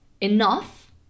enough